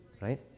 right